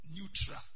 neutral